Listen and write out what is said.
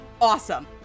awesome